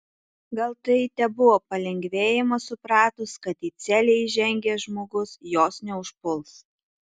gal tai tebuvo palengvėjimas supratus kad į celę įžengęs žmogus jos neužpuls